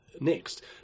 next